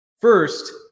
First